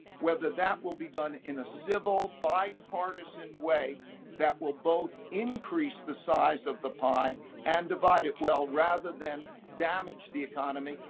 whether that will be done in a civil, bipartisan way that will both increase the size of the pie and divide it well, rather than damage the economy,